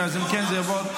מה רשום?